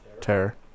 Terror